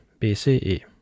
BCE